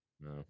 No